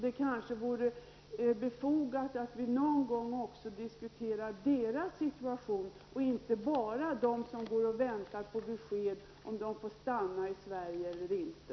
Det kanske vore befogat att vi någon gång också diskuterade deras situation och inte bara talar om dem som går och väntar på besked om huruvida de får stanna i Sverige eller inte.